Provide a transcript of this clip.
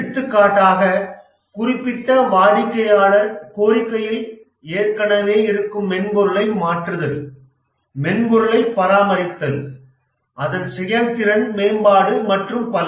எடுத்துக்காட்டாக குறிப்பிட்ட வாடிக்கையாளர் கோரிக்கையில் ஏற்கனவே இருக்கும் மென்பொருளைத் மாற்றுதல் மென்பொருளை பராமரித்தல்அதன் செயல்திறன் மேம்பாடு மற்றும் பல